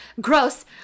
Gross